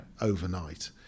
overnight